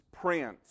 prince